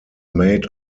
made